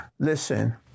Listen